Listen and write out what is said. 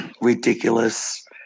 ridiculous